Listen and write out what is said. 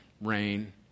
rain